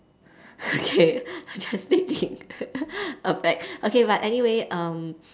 okay I was just thinking of facts okay but anyway um